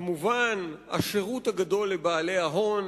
וכמובן השירות הגדול לבעלי ההון